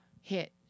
hit